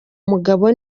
mugabo